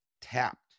tapped